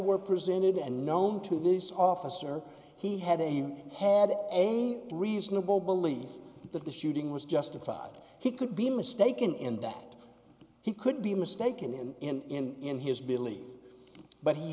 were presented and known to this officer he had a had a reasonable belief that the shooting was justified he could be mistaken in that he could be mistaken in in his belief but he